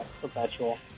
perpetual